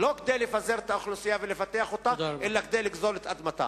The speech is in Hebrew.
לא כדי לפזר את האוכלוסייה ולפתח אותה אלא כדי לגזול את אדמתה.